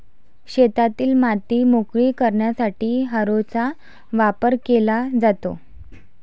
शेतातील माती मोकळी करण्यासाठी हॅरोचा वापर केला जातो